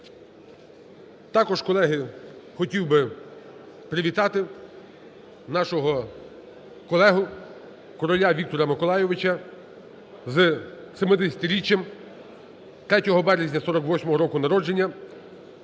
Також, колеги, хотів би привітати нашого колегу Короля Віктора Миколайовича з 70-річчям, 3 березня 48-го року народження,